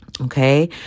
Okay